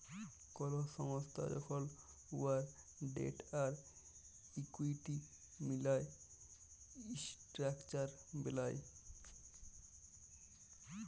call সংস্থা যখল উয়ার ডেট আর ইকুইটি মিলায় ইসট্রাকচার বেলায়